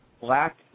black